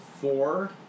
four